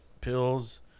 pills